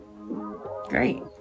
great